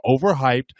overhyped